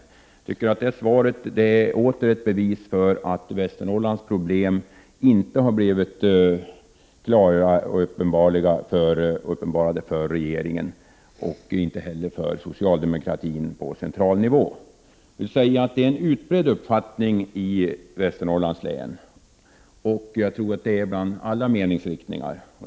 Jag tycker att svaret är ett nytt bevis på att Västernorrlands läns problem inte är uppenbara för regeringen och inte heller för socialdemokratin på central nivå. Det är en utbredd uppfattning i Västernorrlands län — jag tror att det gäller alla partier.